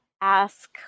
ask